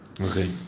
Okay